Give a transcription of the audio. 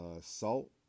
Salt